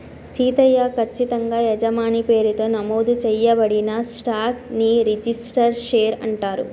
సీతయ్య, కచ్చితంగా యజమాని పేరుతో నమోదు చేయబడిన స్టాక్ ని రిజిస్టరు షేర్ అంటారు